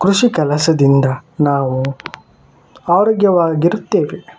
ಕೃಷಿ ಕೆಲಸದಿಂದ ನಾವು ಆರೋಗ್ಯವಾಗಿರುತ್ತೇವೆ